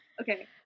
Okay